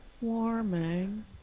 warming